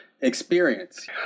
experience